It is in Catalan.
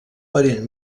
parent